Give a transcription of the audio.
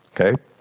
okay